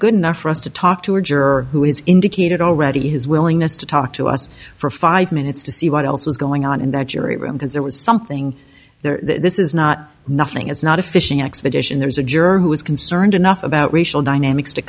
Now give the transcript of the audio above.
good enough for us to talk to a juror who has indicated already his willingness to talk to us for five minutes to see what else was going on in that jury room because there was something there this is not nothing it's not a fishing expedition there's a juror who is concerned enough about racial dynamics to